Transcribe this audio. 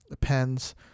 pens